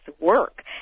work